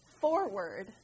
forward